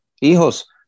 hijos